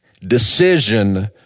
decision